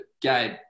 Gabe